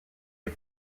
est